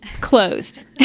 closed